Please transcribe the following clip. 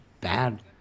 bad